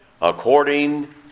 according